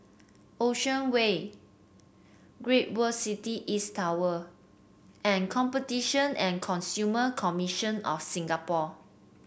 Ocean Way Great World City East Tower and Competition and Consumer Commission of Singapore